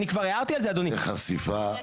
איזו חשיפה.